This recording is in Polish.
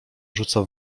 rzuca